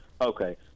Okay